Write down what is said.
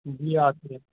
جی آتی ہے